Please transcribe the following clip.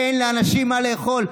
אין לאנשים מה לאכול.